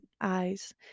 eyes